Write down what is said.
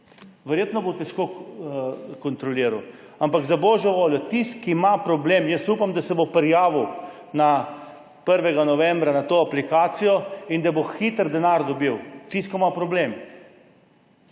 verjetno bo težko kontroliral. Ampak za božjo voljo, tisti, ki ima problem, jaz upam, da se bo prijavil 1. novembra na to aplikacijo, da bo hitro dobil denar. Tako da razumem